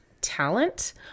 talent